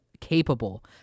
capable